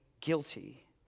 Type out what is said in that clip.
guilty